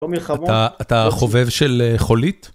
אתה חובב של חולית?